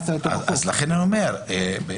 אז לכן אני אומר...